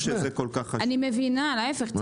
אני מבינה, להיפך.